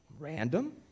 Random